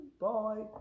bye